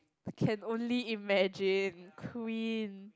I can only imagine Queen